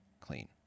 clean